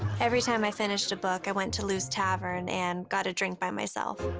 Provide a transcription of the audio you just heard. every time i finished a book, i went to lou's tavern, and got a drink by myself.